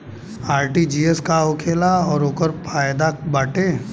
RTGS का होखेला और ओकर का फाइदा बाटे?